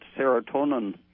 serotonin